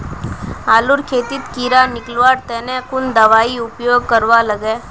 आलूर खेतीत कीड़ा निकलवार तने कुन दबाई उपयोग करवा लगे?